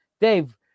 Dave